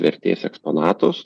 vertės eksponatus